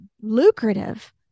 lucrative